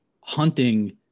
hunting